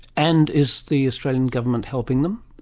and is the australian government helping them?